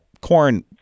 corn